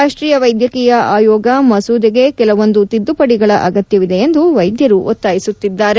ರಾಷ್ಟೀಯ ವೈದ್ಯಕೀಯ ಆಯೋಗ ಮಸೂದೆಗೆ ಕೆಲವೊಂದು ತಿದ್ದುಪದಿಗಳ ಅಗತ್ಯವಿದೆ ಎಂದು ವೈದ್ಯರು ಒತ್ತಾಯಿಸುತ್ತಿದ್ದಾರೆ